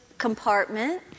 compartment